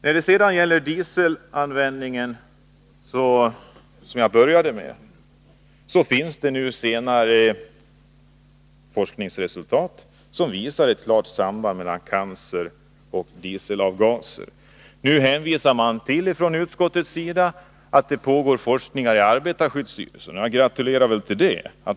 När det sedan gäller dieselanvändningen, som jag började med att ta upp, finns det nu senare forskningsresultat som visar ett klart samband mellan cancer och dieselavgaser. Utskottet hänvisar till att det pågår forskning inom arbetarskyddsstyrelsen, och jag gratulerar till det.